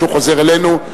הוא חוזר אלינו.